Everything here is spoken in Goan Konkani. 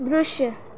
दृश्य